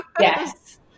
Yes